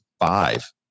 five